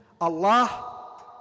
Allah